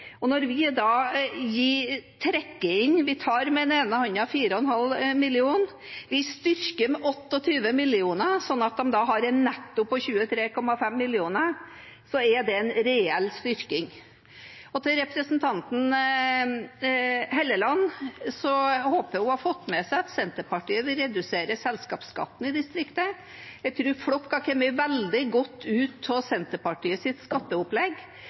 Når vi da trekker inn – vi tar med den ene hånden 4,5 mill. kr, og vi styrker med 28 mill. kr, sånn at de har en netto på 23,5 mill. kr. Det er en reell styrking. Til representanten Hofstad Helleland: Jeg håper hun har fått med seg at Senterpartiet vil redusere selskapsskatten i distriktet. Jeg tror Flokk hadde kommet veldig godt ut med Senterpartiets skatteopplegg.